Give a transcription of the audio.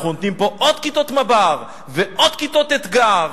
אנחנו נותנים פה עוד כיתות מב"ר ועוד כיתות אתג"ר,